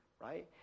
right